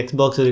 Xbox